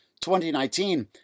2019